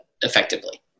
effectively